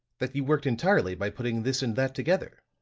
that you worked entirely by putting this and that together.